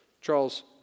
Charles